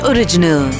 Original